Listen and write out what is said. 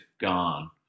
gone